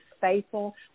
faithful